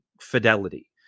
fidelity